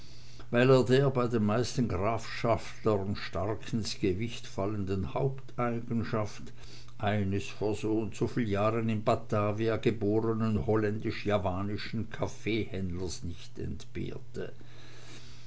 weil er der bei den meisten grafschaftlern stark ins gewicht fallenden haupteigenschaft eines vor soundso viel jahren in batavia geborenen holländisch javanischen kaffeehändlers nicht entbehrte